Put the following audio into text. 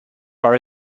bar